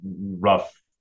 rough